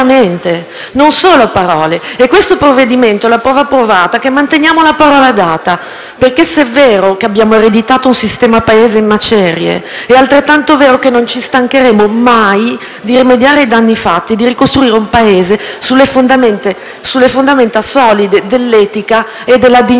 non solo a parole, e il provvedimento in discussione è la prova provata che manteniamo la parola data, perché se è vero che abbiamo ereditato un sistema Paese in macerie, è altrettanto vero che non ci stancheremo mai di rimediare ai danni fatti, di ricostruire un Paese sulle fondamenta solide dell'etica e della dignità